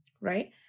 right